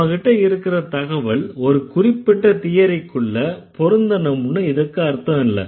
நம்மகிட்ட இருக்கற தகவல் ஒரு குறிப்பிட்ட தியரிக்குள்ள பொருந்தனும்னு இதற்கு அர்த்தம் இல்ல